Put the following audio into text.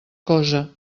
cosa